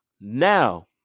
now